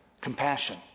Compassion